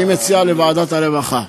אני מציע לוועדת הרווחה.